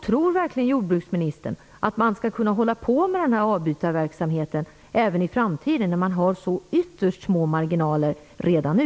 Tror verkligen jordbruksministern att man skall kunna driva avbytarverksamheten även i framtiden, när man har så ytterst små marginaler redan nu?